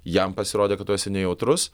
jam pasirodė kad tu esi nejautrus